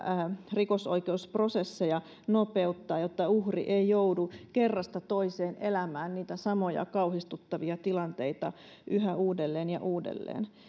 rikosoikeusprosesseja nopeuttaa jotta uhri ei joudu kerrasta toiseen elämään niitä samoja kauhistuttavia tilanteita yhä uudelleen ja uudelleen